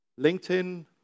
LinkedIn